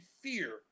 fear